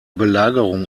belagerung